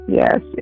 yes